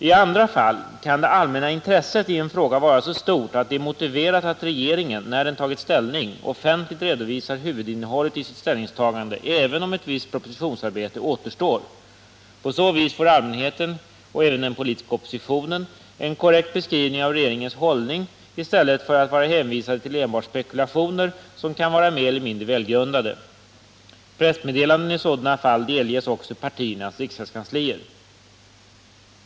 I andra fall kan det allmänna intresset i en fråga vara så stort att det är motiverat att regeringen, när den har tagit ställning, offentligt redovisar huvudinnehållet i sitt ställningstagande, även om ett visst propositionsarbete återstår. På så vis får allmänheten — och även den politiska oppositionen — en korrekt beskrivning av regeringens hållning i stället för att vara hänvisade till enbart spekulationer, som kan vara mer eller mindre välgrundade. Pressmeddelanden i sådana fall delges också partiernas riksdagskanslier.